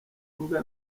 imbwa